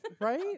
Right